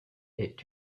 est